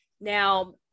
Now